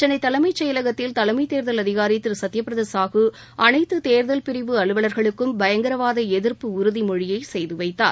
சென்னை தலைமைச் செயலகத்தில் தலைமைத் தேர்தல் அதிகாரி திரு சத்யபிரதா சாஹூ அனைத்து தேர்தல் பிரிவு அலுவலர்களுக்கும் பயங்கரவாத எதிர்ப்பு உறுதிமொழியை செய்துவைத்தார்